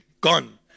gone